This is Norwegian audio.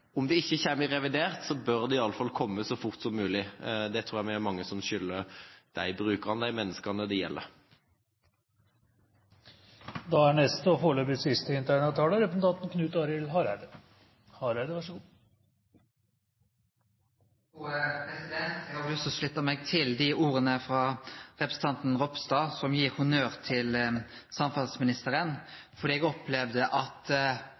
om det ikke kommer i revidert, bør det i alle fall komme så fort som mulig. Det tror jeg vi er mange som skylder de menneskene det gjelder. Eg har òg lyst til å slutte meg til orda frå representanten Ropstad og gi honnør til samferdselsministeren, fordi eg opplevde at